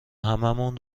هممون